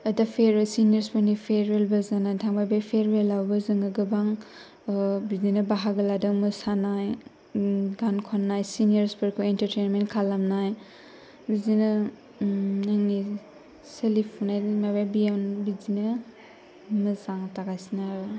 आरो दा फेरवेल सिनियरफोरनि फेरवेलबो जानो थांदों बे फेरवेलावबो जोङो गोबां बिदिनो बाहागो लादों मोसानाय गान खननाय सिनियर्सफोरखौ इनटारटेनमेन्ट खालामनाय बिदिनो सोलिफुनाय माबा गेम बिदिनो मोजां जागासिनो आरो